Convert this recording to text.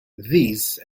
these